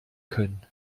können